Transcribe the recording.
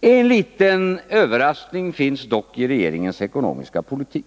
En liten överraskning finns dock i regeringens ekonomiska politik.